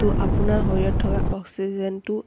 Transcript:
ত' আপোনাৰ শৰীৰত থকা অক্সিজেনটো